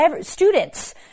students